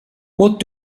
what